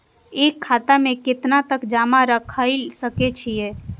एक खाता में केतना तक जमा राईख सके छिए?